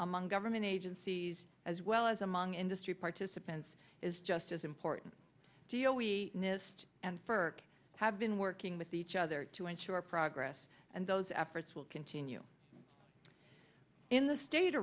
among government agencies as well as among industry participants is just as important deal we nist and ferk have been working with each other to ensure progress and those efforts will continue in the state